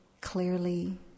clearly